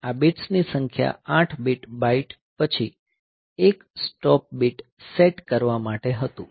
આ બિટ્સ ની સંખ્યા 8 બીટ બાઈટ પછી 1 સ્ટોપ બીટ સેટ કરવા માટે હતું